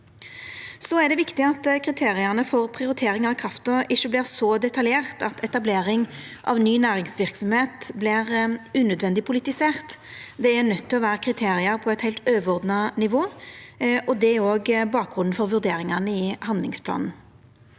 Det er viktig at kriteria for prioritering av krafta ikkje vert så detaljerte at etablering av ny næringsverksemd vert unødvendig politisert. Det er nøydt til å vera kriterium på eit heilt overordna nivå, og det er bakgrunnen for vurderingane i handlingsplanen.